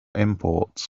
imports